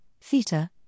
theta